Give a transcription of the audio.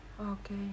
Okay